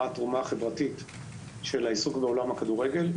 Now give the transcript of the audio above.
מה התרומה החברתית של העיסוק בעולם הכדורגל.